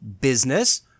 business